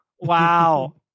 wow